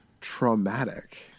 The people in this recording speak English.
traumatic